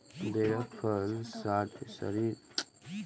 बेरक फल शरीरक प्रतिरक्षा प्रणाली के बढ़ाबै छै